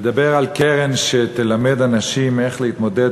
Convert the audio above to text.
לדבר על קרן שתלמד אנשים איך להתמודד